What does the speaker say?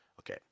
okay